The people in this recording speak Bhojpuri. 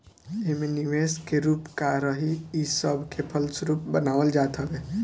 एमे निवेश के रूप का रही इ सब के स्वरूप बनावल जात हवे